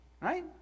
right